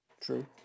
True